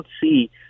see